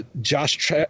Josh